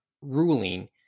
ruling